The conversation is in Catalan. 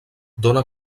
dóna